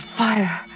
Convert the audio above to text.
fire